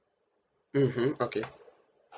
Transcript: mmhmm okay